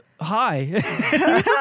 hi